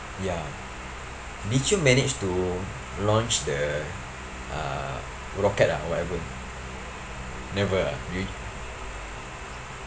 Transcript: ya did you manage to launch the uh rocket ah whatever never ah did you